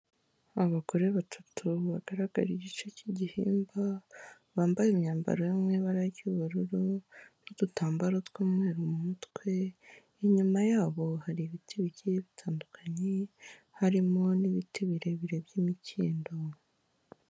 Abagore batatu bagaragara igice cy'igihimba bambaye imyambaro yo mu ibara ry'ubururu n'udutambaro tw'umweru mu mutwe inyuma yabo hari ibiti bigiye bitandukanye harimo n'ibiti birebire by'imikindo.